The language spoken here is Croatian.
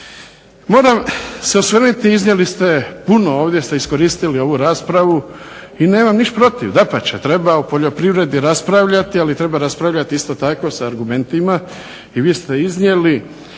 Moram se osvrnuti, iznijeli ste burno, ovdje ste iskoristili ovu raspravu i nemam ništa protiv, dapače treba o poljoprivredi raspravljati, ali treba raspravljati isto tako s argumentima i vi ste iznijeli